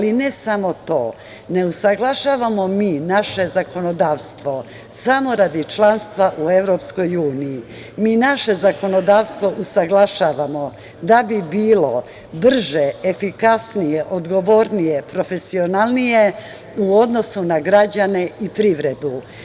I, ne samo to, ne usaglašavamo mi naše zakonodavstvo samo radi članstva u EU, mi naše zakonodavstvo usaglašavamo da bi bilo brže, efikasnije, odgovornije, profesionalnije u odnosu na građane i privredu.